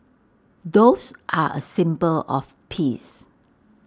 doves are A symbol of peace